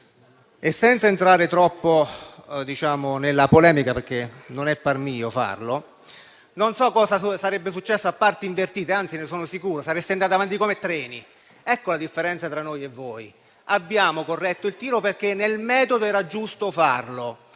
Senza entrare troppo nella polemica, perché farlo non è da par mio, non so cosa sarebbe successo a parti invertite. Anzi, ne sono sicuro: sareste andati avanti come treni. Ecco la differenza tra noi e voi: abbiamo corretto il tiro, perché nel metodo era giusto farlo.